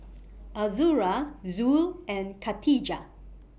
Azura Zul and Katijah